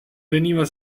veniva